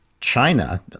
China